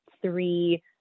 three